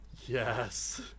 Yes